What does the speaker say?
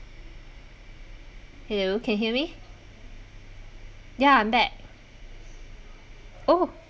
hello can hear me ya I'm back oh